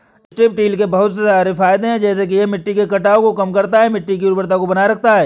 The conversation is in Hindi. स्ट्रिप टील के बहुत सारे फायदे हैं जैसे कि यह मिट्टी के कटाव को कम करता है, मिट्टी की उर्वरता को बनाए रखता है